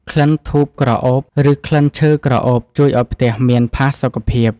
ក្លិនធូបក្រអូប ឬក្លិនឈើក្រអូបជួយឱ្យផ្ទះមានផាសុកភាព។